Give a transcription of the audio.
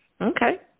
Okay